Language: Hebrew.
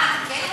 אה, כן?